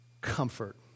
comfort